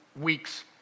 weeks